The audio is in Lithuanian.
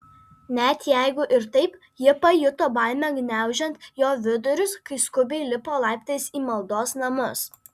net jeigu ir taip ji pajuto baimę gniaužiant jo vidurius kai skubiai lipo laiptais į maldos namus